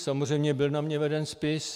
Samozřejmě byl na mne veden spis.